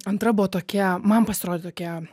antra buvo tokia man pasirodė tokia